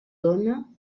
dóna